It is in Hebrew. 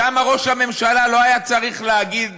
שם ראש הממשלה לא היה צריך להגיד